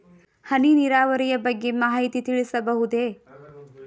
ಹನಿ ನೀರಾವರಿಯ ಬಗ್ಗೆ ಮಾಹಿತಿ ತಿಳಿಸಬಹುದೇ?